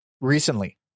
recently